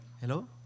hello